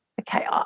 Okay